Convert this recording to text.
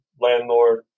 landlord